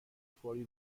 فوری